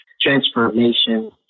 Transformation